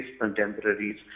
contemporaries